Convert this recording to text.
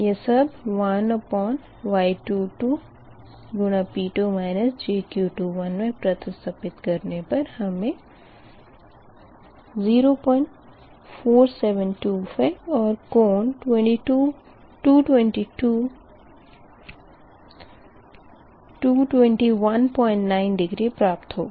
यह सब 1Y22 मे प्रतिस्थपित करने पर हमें 004725 और कोण 2219 डिग्री प्राप्त होगा